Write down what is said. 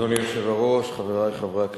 אדוני היושב-ראש, חברי חברי הכנסת,